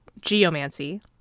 geomancy